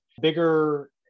bigger